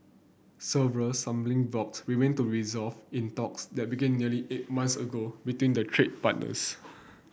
several stumbling blocks remain to resolved in talks that began nearly eight months ago between the trade partners